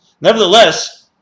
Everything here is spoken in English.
Nevertheless